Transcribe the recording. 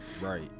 right